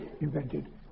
invented